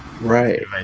Right